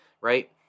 Right